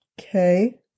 Okay